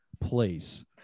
place